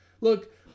Look